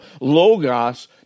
logos